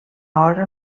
hora